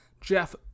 Jeff